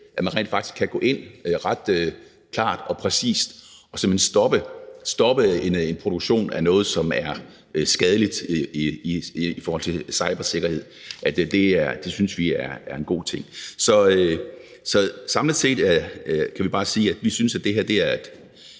at man rent faktisk kan gå ind ret klart og præcist og så lige stoppe en produktion af noget, som er skadeligt i forhold til cybersikkerhed, synes vi er en god ting. Så samlet set kan vi bare sige, at vi synes, at det her er et